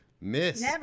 miss